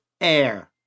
air